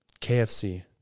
kfc